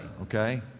okay